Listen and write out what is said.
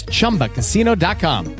Chumbacasino.com